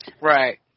Right